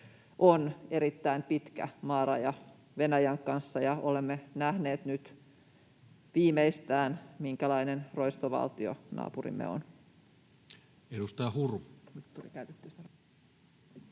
on erittäin pitkä maaraja Venäjän kanssa, ja olemme nähneet nyt viimeistään, minkälainen roistovaltio naapurimme on.